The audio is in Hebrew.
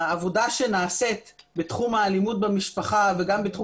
העבודה שנעשית בתחום האלימות במשפחה וגם בתחום